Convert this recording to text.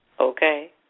Okay